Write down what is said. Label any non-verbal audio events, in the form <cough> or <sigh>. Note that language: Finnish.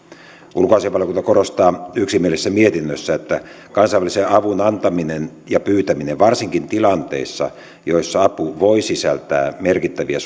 ulkoasiainvaliokunta korostaa yksimielisessä mietinnössään että kansainvälisen avun antaminen ja pyytäminen varsinkin tilanteissa joissa apu voi sisältää merkittäviä <unintelligible>